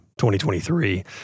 2023